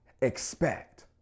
expect